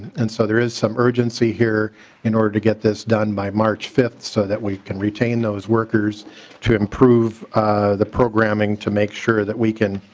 and so there is some urgency here in order to get this done by march five so that we can retain those workers to improve the programming to make sure that we can